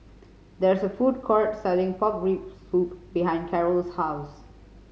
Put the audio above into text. there is a food court selling pork rib soup behind Carole's house